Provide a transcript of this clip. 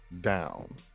down